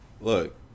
Look